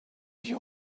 you